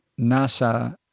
NASA